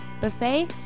Buffet